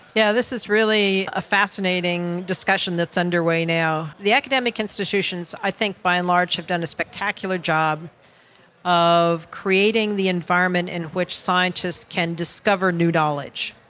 yeah this is really a fascinating discussion that's underway now. the academic institutions i think by and large have done a spectacular job of creating the environment in which scientists can discover new knowledge.